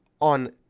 on